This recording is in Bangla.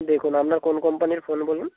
দেখুন আপনার কোন কোম্পানির ফোন বলুন